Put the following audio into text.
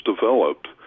developed